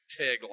tagline